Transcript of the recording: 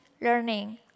learning